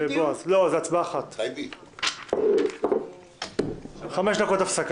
אני מבקש להעלות להצבעה את בקשתו של חבר הכנסת שפע